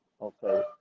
okay